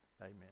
amen